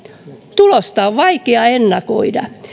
tulosta on vaikea ennakoida